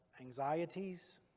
anxieties